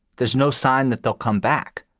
there's no sign that they'll come back.